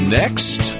next